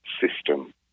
system